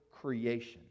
creation